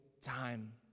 time